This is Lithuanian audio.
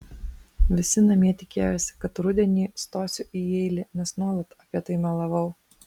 visi namie tikėjosi kad rudenį stosiu į jeilį nes nuolat apie tai melavau